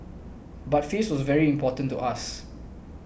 but face was very important to us